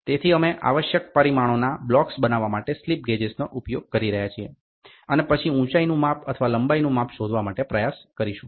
તેથી અમે આવશ્યક પરિમાણોના બ્લોક્સ બનાવવા માટે સ્લિપ ગેજેસનો ઉપયોગ કરી રહ્યાં છીએ અને પછી ઉચાઇનું માપ અથવા લંબાઈનું માપ શોધવા માટે પ્રયાસ કરીશું